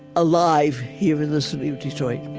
alive here in the city of detroit